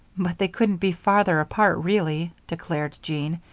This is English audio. but they couldn't be farther apart really, declared jean.